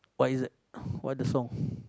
what is it what the song